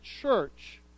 church